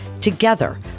Together